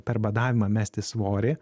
per badavimą mesti svorį